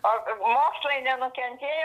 o mokslai nenukentėjo